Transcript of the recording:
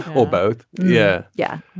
oh both yeah yeah.